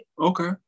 Okay